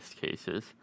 cases